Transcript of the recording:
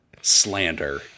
slander